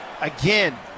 Again